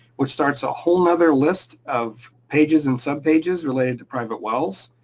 which starts a whole nother list of pages and sub pages related to private wells,